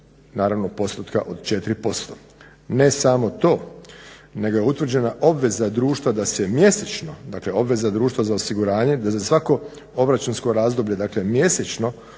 naravno postotka od 4%. Ne samo to, nego je utvrđena obveza društva da se mjesečno, dakle obveza društva za osiguranje da za svako obračunsko razdoblje dakle mjesečno